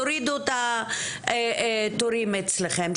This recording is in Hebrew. תורידו את התורים אצלכם.